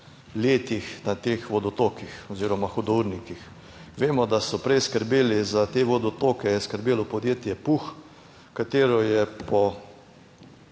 letih na teh vodotokih oziroma hudournikih. Vemo, da so prej skrbeli za te vodotoke, je skrbelo podjetje PUH, katero je po